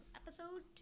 episode